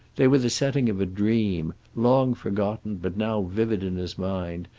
they were the setting of a dream, long forgotten but now vivid in his mind,